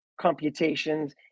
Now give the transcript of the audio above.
computations